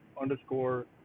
underscore